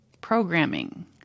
programming